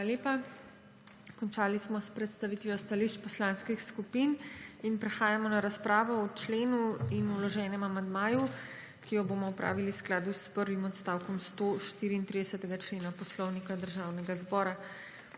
Hvala lepa. Končali smo s predstavitvijo stališč poslanskih skupin. Prehajamo na razpravo o členu in vloženem amandmaju, ki jo bomo opravili v skladu s prvim odstavkom 134. člena Poslovnika Državnega zbora.